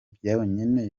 byonyine